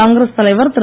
காங்கிரஸ் தலைவர் திரு